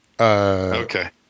Okay